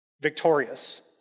victorious